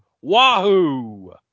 Wahoo